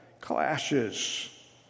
clashes